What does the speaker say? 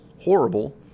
horrible